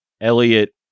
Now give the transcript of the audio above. Elliot